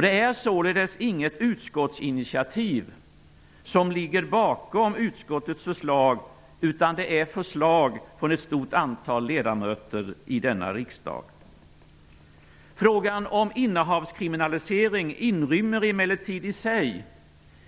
Det är således inget utskottsinitiativ som ligger bakom utskottets förslag utan förslag från ett stort antal ledamöter i denna riksdag. Frågan om innehavskriminalisering inrymmer emellertid i sig